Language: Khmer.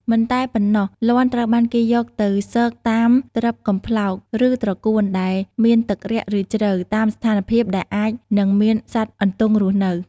មិនតែប៉ុណ្ណោះ លាន់ ត្រូវបានគេយកទៅស៊ក តាមត្រឹបកំប្លោក ឬត្រកួនដែលមានទឹករាក់ ឬជ្រៅ តាមស្ថានភាពដែលអាចនឹងមានសត្វអន្ទង់រស់នៅ។